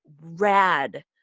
rad